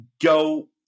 go